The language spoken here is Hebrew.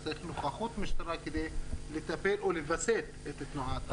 צריך נוכחות משטרה כדי לטפל או לווסת את התנועה.